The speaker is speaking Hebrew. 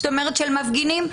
של מפגינים.